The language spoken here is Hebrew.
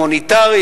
מוניטרי,